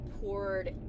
poured